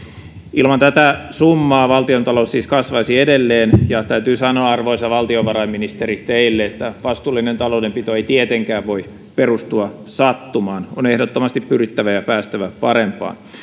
ilman tätä summaa valtiontalous siis kasvaisi edelleen ja täytyy sanoa arvoisa valtiovarainministeri teille että vastuullinen taloudenpito ei tietenkään voi perustua sattumaan vaan on ehdottomasti pyrittävä ja päästävä parempaan